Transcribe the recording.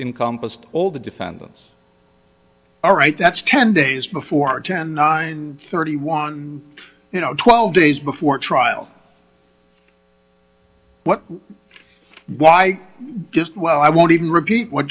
compost all the defendants all right that's ten days before ten nine thirty one you know twelve days before trial what why just well i won't even repeat what